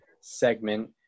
segment